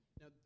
Now